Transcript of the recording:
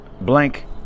blank